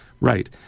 Right